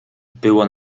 było